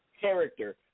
character